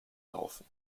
laufen